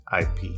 IP